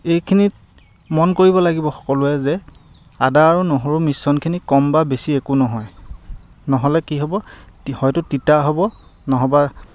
এইখিনিত মন কৰিব লাগিব সকলোৱে যে আদা আৰু নহৰুৰ মিশ্ৰণখিনি কম বা বেছি একো নহয় নহ'লে কি হ'ব হয়তো তিতা হ'ব নহ'বা